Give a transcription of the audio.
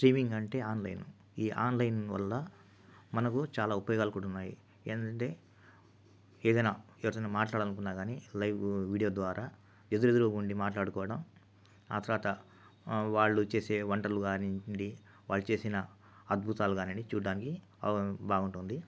streaming అంటే online ఈ online వల్ల మనకు చాలా ఉపయోగాలు కూడా ఉన్నాయి ఏంటంటే ఏదైనా ఎవరితో అయినా మాట్లాడాలి అనుకున్న కానీ లైవ్ వీడియో ద్వారా ఎదురు ఎదురుగా ఉండి మాట్లాడుకోవడం ఆ తర్వాత వాళ్ళు చేసే వంటలు కానివ్వండి వారు చేసిన అద్భుతాలు కానివ్వండి చూడటానికి బాగుంటుంది